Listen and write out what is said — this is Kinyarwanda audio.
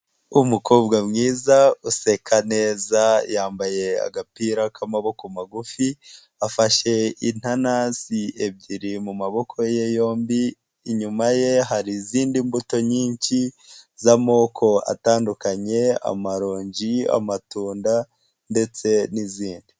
Umukobwa mwiza useka neza yambaye agapira k'amaboko magufi afashe intanasi ebyiri mu maboko ye yombi, inyuma ye hari izindi mbuto nyinshi z'amoko atandukanye, amarongi, amatunda ndetse n'izindi.